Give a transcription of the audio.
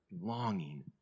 longing